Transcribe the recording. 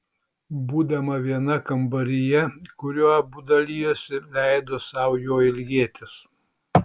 būdama viena kambaryje kuriuo abu dalijosi leido sau jo ilgėtis